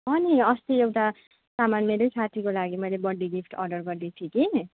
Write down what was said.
अँ नि अस्ति एउटा सामान मेरै साथीको लागि बर्थडे गिफ्ट अर्डर गरिदिएको थिएँ कि